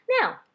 Now